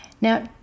Now